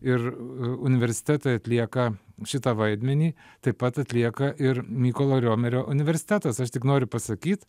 ir u universitetai atlieka šitą vaidmenį taip pat atlieka ir mykolo romerio universitetas aš tik noriu pasakyt